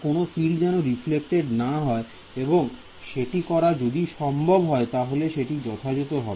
কোন ফিল্ড যেন রিফ্লেক্টেদ না হয় এবং সেটি করা যদি সম্ভব হয় তাহলে সেটি যথাযথ হবে